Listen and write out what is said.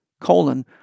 colon